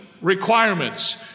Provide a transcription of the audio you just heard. requirements